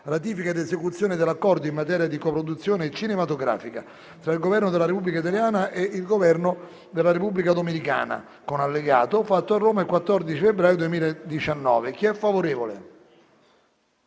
***Ratifica ed esecuzione dell'Accordo in materia di coproduzione cinematografica tra il Governo della Repubblica italiana e il Governo della Repubblica dominicana, con Allegato, fatto a Roma il 14 febbraio 2019***